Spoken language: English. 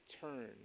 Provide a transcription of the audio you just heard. turn